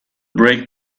brake